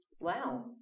Wow